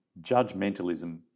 judgmentalism